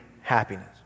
happiness